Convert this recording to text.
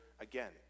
again